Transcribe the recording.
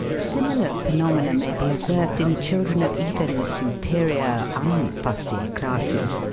similar phenomena may be observed in children of even the superior unfussy classes.